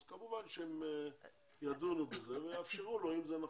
אז כמובן שהם ידונו בזה ויאפשרו לו אם זה נכון.